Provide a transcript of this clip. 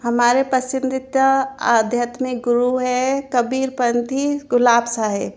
हमारे पसंदीदा आध्यात्मिक गुरु हैं कबीर पंथी गुलाब साहब